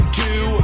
two